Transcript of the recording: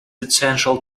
essential